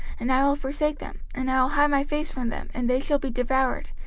and i will forsake them, and i will hide my face from them, and they shall be devoured,